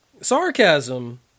Sarcasm